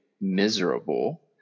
miserable